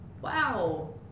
wow